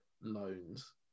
loans